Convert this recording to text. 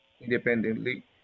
independently